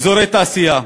אזורי תעשייה,